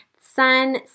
Sun